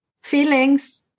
feelings